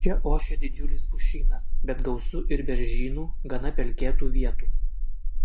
čia ošia didžiulis pušynas bet gausu ir beržynų gana pelkėtų vietų